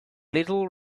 little